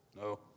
No